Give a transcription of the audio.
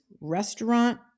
restaurant